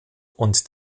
und